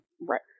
Right